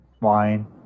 Wine